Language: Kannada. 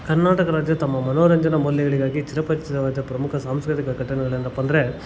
ಕರ್ನಾಟಕ ರಾಜ್ಯ ತಮ್ಮ ಮನೋರಂಜನ ಮೌಲ್ಯಗಳಿಗಾಗಿ ಚಿರಪರಿಚಿತವಾದ ಪ್ರಮುಖ ಸಾಂಸ್ಕೃತಿಕ ಘಟನೆಗಳೇನಪ್ಪ ಅಂದರೆ